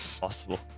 possible